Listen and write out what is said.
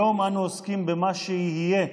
היום אנו עוסקים במה שיהיה,